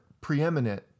preeminent